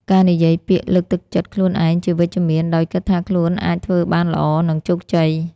ការនិយាយពាក្យលើកទឹកចិត្តខ្លួនឯងជាវិជ្ជមាន ដោយគិតថាខ្លួនអាចធ្វើបានល្អ និងជោគជ័យ។